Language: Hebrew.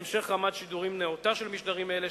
המשך רמת שידורים נאותה של משדרים אלה,